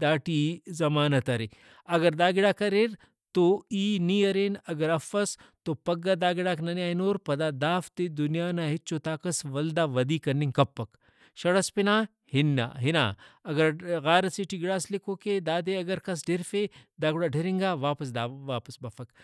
داٹی ضمانت ارے ۔اگر دا گڑاک اریر تو ای نی ارین اگر افس تو پھگہ دا گڑاک ننے آ ہنور پدا دافتے دنیا نا ہچو طاقس ولدا ودی کننگ کپک۔ شڑ ئس پنا ہنا ہنا اگر غار ئسے ٹی گڑاس لکھوکے دادے اگر کس ڈھرفے دا گڑا ڈھرنگا واپس دا واپس بفک